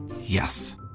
Yes